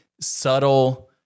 subtle